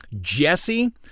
Jesse